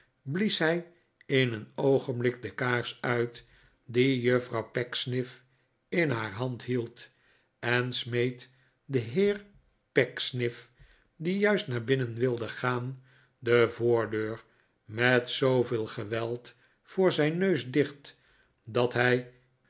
blies hij in een oogenblik de kaars uit die juffrouw pecksniff in haar hand hield en smeet den heer pecksniff die juist naar binnen wilde gaan de voordeur met zooveel gewektvoor zijn neus dicht dat hij